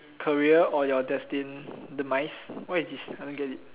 career or your destined demise what is this I don't get it